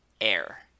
Air